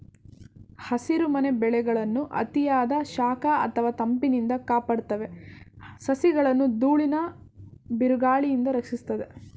ಹಸಿರುಮನೆ ಬೆಳೆಗಳನ್ನು ಅತಿಯಾದ ಶಾಖ ಅಥವಾ ತಂಪಿನಿಂದ ಕಾಪಾಡ್ತವೆ ಸಸಿಗಳನ್ನು ದೂಳಿನ ಬಿರುಗಾಳಿಯಿಂದ ರಕ್ಷಿಸ್ತದೆ